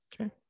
Okay